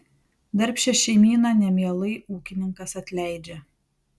darbščią šeimyną nemielai ūkininkas atleidžia